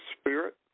spirit